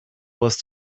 was